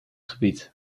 gebied